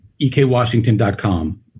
ekwashington.com